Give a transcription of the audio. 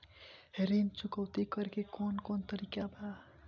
ऋण चुकौती करेके कौन कोन तरीका बा?